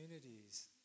communities